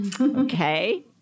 Okay